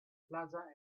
plaza